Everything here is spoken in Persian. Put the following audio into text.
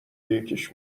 یکیش